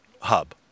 hub